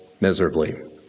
miserably